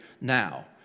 now